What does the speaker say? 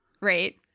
Right